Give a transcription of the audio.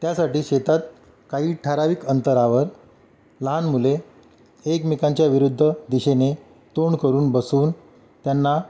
त्यासाठी शेतात काही ठरावीक अंतरावर लहान मुले एकमेकांच्या विरुद्ध दिशेने तोंड करून बसून त्यांना